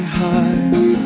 hearts